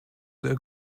sehr